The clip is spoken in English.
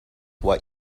what